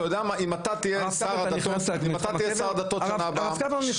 אם אתה תהיה שר הדתות בשנה הבאה אני אומר